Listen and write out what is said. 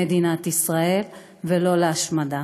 במדינת ישראל, ולא להשמדה.